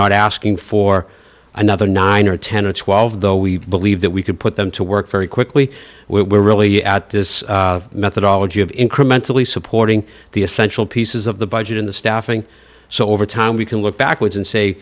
not asking for another nine or ten or twelve though we believe that we could put them to work very quickly we're really at this methodology of incrementally supporting the essential pieces of the budget in the staffing so over time we can look backwards and say